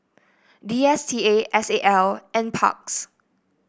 D S T A S A L NParks